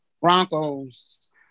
Broncos